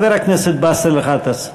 חבר הכנסת באסל גטאס.